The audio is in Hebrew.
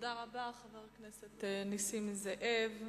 תודה רבה, חבר הכנסת נסים זאב.